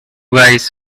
guys